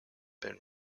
been